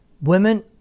women